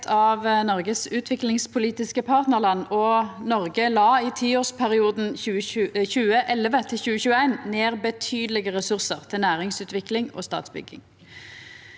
av Noregs utviklingspolitiske partnarland, og Noreg la i tiårsperioden 2011–2021 ned betydelege ressursar til næringsutvikling og statsbygging.